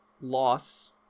loss